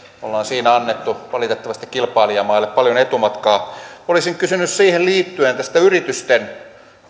me olemme siinä antaneet valitettavasti kilpailijamaille paljon etumatkaa olisin kysynyt siihen liittyen tästä yritysten